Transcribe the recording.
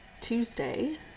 Tuesday